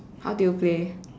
how do you play